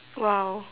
!wow!